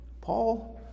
Paul